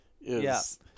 Yes